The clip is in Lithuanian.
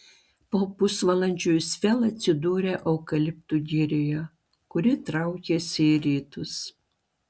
po pusvalandžio jis vėl atsidūrė eukaliptų girioje kuri traukėsi į rytus